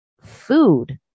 food